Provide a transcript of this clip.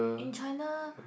in China